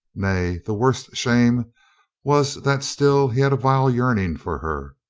nay, the worst shame was that still he had a vile yearning for her.